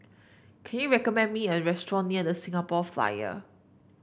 can you recommend me a restaurant near The Singapore Flyer